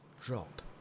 drop